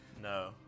No